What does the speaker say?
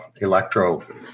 electro